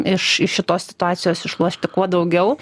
iš iš šitos situacijos išlošti kuo daugiau